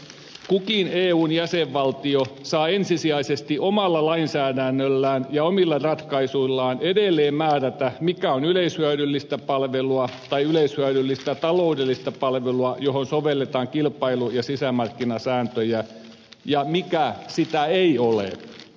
kukin eun jäsenvaltio saa ensisijaisesti omalla lainsäädännöllään ja omilla ratkaisuillaan edelleen määrätä mikä on yleishyödyllistä palvelua tai yleishyödyllistä taloudellista palvelua johon sovelletaan kilpailu ja sisämarkkinasääntöjä ja mikä sitä ei ole